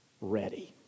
ready